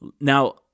Now